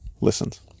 listens